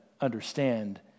understand